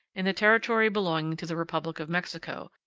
in the territory belonging to the republic of mexico,